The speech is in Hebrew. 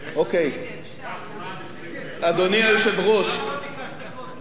אדוני היושב-ראש, כנסת ישראל,